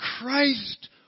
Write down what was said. Christ